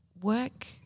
work